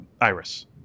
Iris